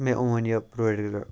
مےٚ اوٚن یہِ پرٛوڈَکٹہٕ